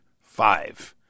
five